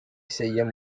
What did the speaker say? செய்ய